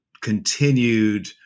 continued